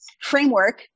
framework